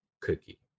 cookie